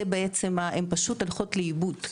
הם פשוט הולכות לאיבוד,